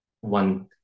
one